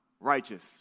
righteous